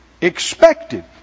Expected